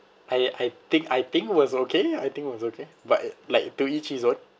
I I think I think was okay I think was okay but like to each his own